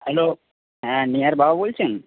hello হ্যাঁ নেহার বাবা বলছেন